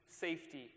safety